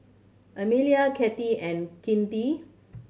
Emilia Kathi and Kinte